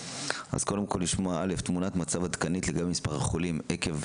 אז קודם כל לשמוע תמונת מצב עדכנית לגבי מספר החולים עקב